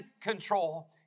control